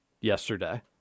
yesterday